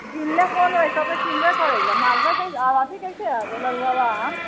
सब तऽ किनबे करै छै आ मालदह अथी कैसे हवे आम